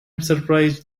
surprised